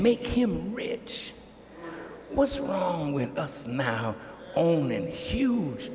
make him rich what's wrong with us now only in huge